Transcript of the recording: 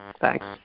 Thanks